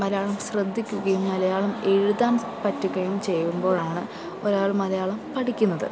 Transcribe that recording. മലയാളം ശ്രദ്ധിക്കുകയും മലയാളം എഴുതാൻ പറ്റുകയും ചെയ്യുമ്പൊളാണ് ഒരാൾ മലയാളം പഠിക്കുന്നത്